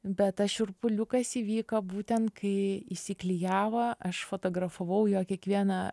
bet tas šiurpuliukas įvyko būtent kai įsiklijavo aš fotografavau jo kiekvieną